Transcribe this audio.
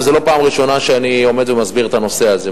וזו לא פעם ראשונה שאני עומד ומסביר את הנושא הזה.